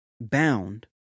bound